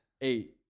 Eight